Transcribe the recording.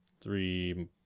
three